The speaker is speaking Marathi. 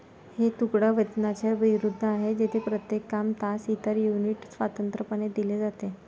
हे तुकडा वेतनाच्या विरुद्ध आहे, जेथे प्रत्येक काम, तास, इतर युनिट स्वतंत्रपणे दिले जाते